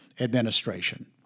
administration